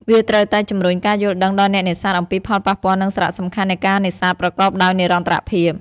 វាត្រូវតែជំរុញការយល់ដឹងដល់អ្នកនេសាទអំពីផលប៉ះពាល់ និងសារៈសំខាន់នៃការនេសាទប្រកបដោយនិរន្តរភាព។